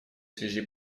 связи